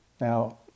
now